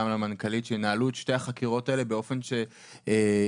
המנכ"לית שינהלו את שתי החקירות האלה באופן שיביא